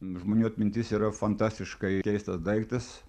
žmonių atmintis yra fantastiškai keistas daiktas